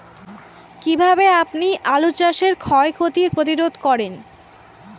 কীভাবে আপনি আলু চাষের ক্ষয় ক্ষতি প্রতিরোধ করেন?